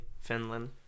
Finland